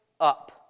up